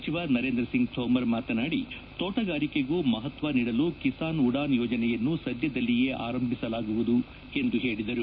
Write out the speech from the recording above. ಸಚಿವ ನರೇಂದ್ರ ಸಿಂಗ್ ತೋಮರ್ ಮಾತನಾಡಿ ತೋಟಗಾರಿಕೆಗೂ ಮಹತ್ವ ನೀಡಲು ಕಿಸಾನ್ ಉಡಾನ್ ಯೋಜನೆಯನ್ನು ಸದ್ಯದಲ್ಲಿಯೇ ಆರಂಭಿಸಲಾಗುವುದು ಎಂದು ಹೇಳಿದರು